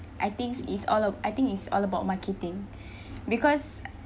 I thinks is all of I think it's all about marketing because